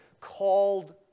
called